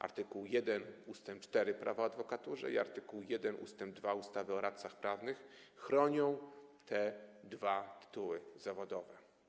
Art. 1 ust. 4 Prawa o adwokaturze i art. 1 ust. 2 ustawy o radcach prawnych chronią te dwa tytuły zawodowe.